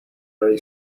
very